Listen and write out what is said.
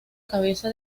cabeza